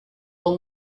will